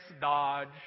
Dodge